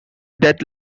that